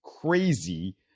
crazy